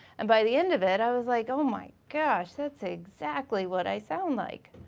and by the end of it i was like oh my gosh, that's exactly what i sound like.